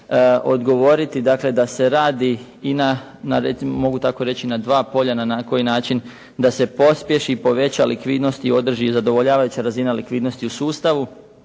tako reći na dva polja na koji način da se pospješi, poveća likvidnost i održi zadovoljavajuća razina likvidnosti u sustavu.